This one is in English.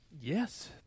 Yes